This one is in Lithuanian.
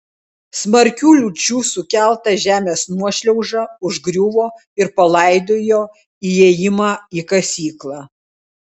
smarkių liūčių sukelta žemės nuošliauža užgriuvo ir palaidojo įėjimą į kasyklą